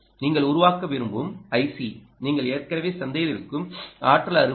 நீங்கள் உருவாக்க விரும்பும் ஐசி நீங்கள் ஏற்கனவே சந்தையில் இருக்கும் ஆற்றல் அறுவடை ஐ